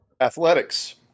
Athletics